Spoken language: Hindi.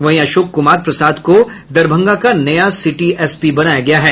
वहीं अशोक कुमार प्रसाद को दरभंगा का नया सिटी एसपी बनाया गया है